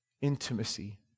intimacy